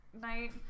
night